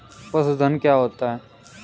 पशुधन क्या होता है?